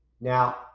Now